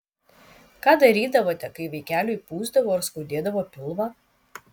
ką darydavote kai vaikeliui pūsdavo ar skaudėdavo pilvą